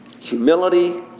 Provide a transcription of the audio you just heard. Humility